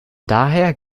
daher